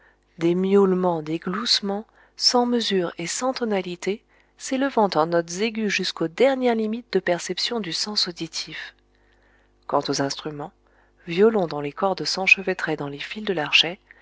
des miaulements des gloussements sans mesure et sans tonalité s'élevant en notes aiguës jusqu'aux dernières limites de perception du sens auditif quant aux instruments violons dont les cordes s'enchevêtraient dans les fils de l'archet